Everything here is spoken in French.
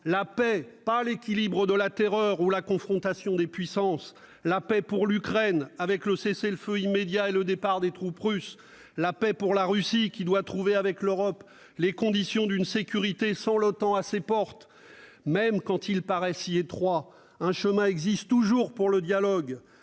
La paix, et non pas l'équilibre de la terreur ou la confrontation des puissances. La paix pour l'Ukraine, avec le cessez-le-feu immédiat et le départ des troupes russes. La paix pour la Russie, qui doit trouver avec l'Europe les conditions d'une sécurité sans l'OTAN à ses portes. Même quand il paraît si étroit, un chemin existe toujours pour le dialogue.